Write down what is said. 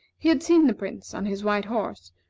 he had seen the prince on his white horse,